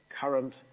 current